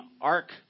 ark